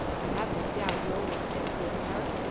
i have no doubt roland said so to her.